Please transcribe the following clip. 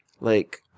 like-